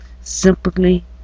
simply